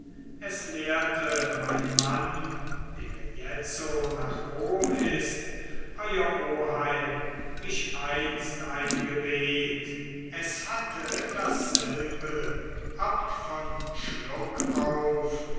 es lehrte mein mann der jetzo nach rom ist euer oheim mich einst ein gebet es hatte dasselbe abt von